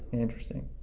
interesting,